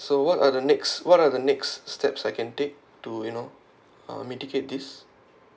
so what are the next what are the next step I can take to you know uh mitigate this